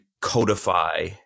codify